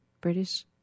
British